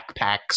backpacks